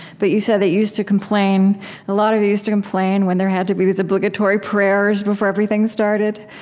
but you said that you used to complain a lot of you used to complain when there had to be these obligatory prayers before everything started